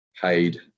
paid